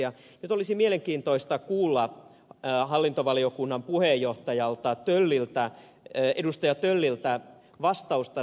nyt olisi mielenkiintoista kuulla hallintovaliokunnan puheenjohtajalta tyyliltä ei edusta ja puheenjohtaja ed